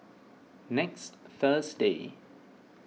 next Thursday